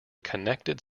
connected